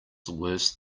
worse